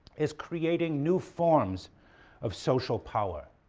as creating new forms of social power,